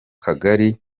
kagari